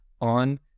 on